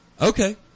Okay